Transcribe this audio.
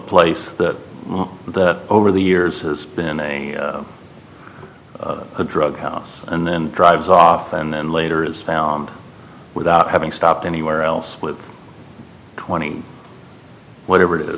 place that the over the years has been a drug house and then drives off and then later is found without having stopped anywhere else twenty whatever it is